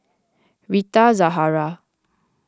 Rita Zahara